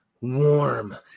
warm